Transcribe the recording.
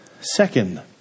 Second